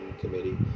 committee